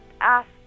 Ask